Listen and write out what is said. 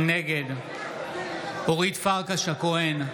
נגד אורית פרקש הכהן,